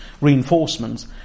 reinforcements